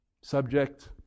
Subject